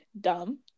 dumb